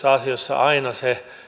tietyissä asioissa aina se